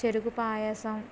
చెరుకుపాయసం